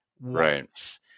Right